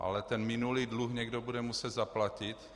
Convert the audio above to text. Ale ten minulý dluh někdo bude muset zaplatit.